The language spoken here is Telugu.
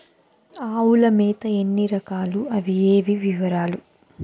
ఆవుల మేత ఎన్ని రకాలు? అవి ఏవి? వివరాలు?